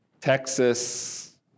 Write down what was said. Texas